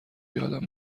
یادم